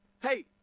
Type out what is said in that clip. hey